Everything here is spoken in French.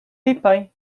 pépin